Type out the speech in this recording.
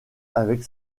avec